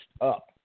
up